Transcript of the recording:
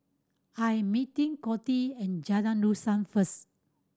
I'm meeting Coty at Jalan Dusan first